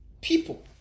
people